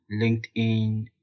LinkedIn